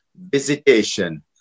visitation